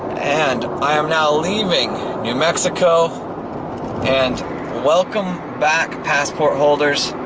and i am now leaving new mexico and welcome back, passport holders,